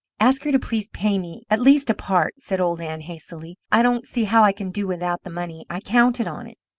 ask her to please pay me at least a part, said old ann hastily. i don't see how i can do without the money. i counted on it.